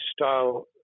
style